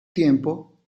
tiempo